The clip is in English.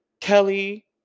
Kelly